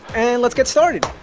and let's get started